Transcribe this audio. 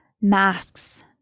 masks